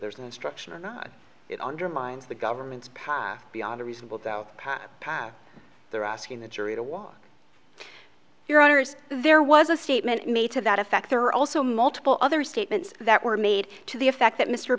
there's an instruction or not it undermines the government's power beyond a reasonable doubt pat they're asking the jury to walk your honors there was a statement made to that effect there are also multiple other statements that were made to the effect that mr